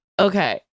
Okay